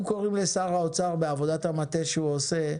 אנחנו קוראים לשר האוצר בעבודת המטה שהוא עושה,